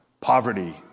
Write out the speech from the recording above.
poverty